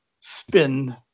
spin